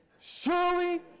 Surely